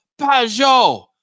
Pajot